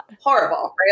horrible